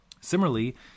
Similarly